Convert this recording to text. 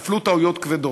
נפלו טעויות כבדות.